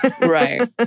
Right